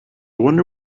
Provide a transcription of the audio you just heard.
wonder